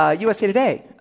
ah usa today,